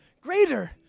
greater